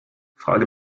frage